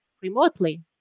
remotely